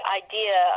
idea